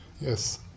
Yes